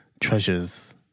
treasures